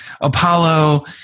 Apollo